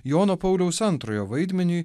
jono pauliaus antrojo vaidmeniui